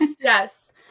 Yes